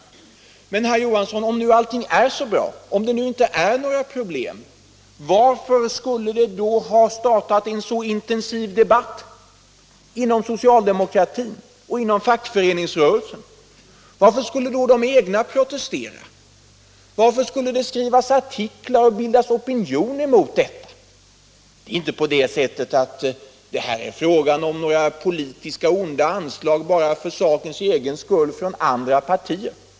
Onsdagen den Men, herr Johansson, om allting nu är så bra och om det inte finns 16 mars 1977 några problem, varför skulle det då ha startat en sådan intensiv debatt inom socialdemokratin och inom fackföreningsrörelsen? Varför skulle — Kollektivanslutning då de egna protestera? Varför skulle det skrivas artiklar och bildas opinion = till politiskt parti, emot denna anslutningsform? Det är inte på det sättet att det är fråga — m.m. om några onda politiska anslag från andra partier.